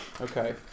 Okay